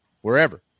wherever